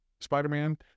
Spider-Man